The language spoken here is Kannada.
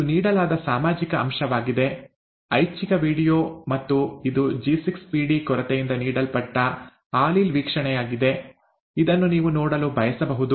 ಇದು ನೀಡಲಾದ ಸಾಮಾಜಿಕ ಅಂಶವಾಗಿದೆ ಐಚ್ಛಿಕ ವೀಡಿಯೊ ಮತ್ತು ಇದು ಜಿ6ಪಿಡಿ ಕೊರತೆಯಿಂದ ನೀಡಲ್ಪಟ್ಟ ಆಲೀಲ್ ವೀಕ್ಷಣೆಯಾಗಿದೆ ಇದನ್ನು ನೀವು ನೋಡಲು ಬಯಸಬಹುದು